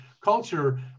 culture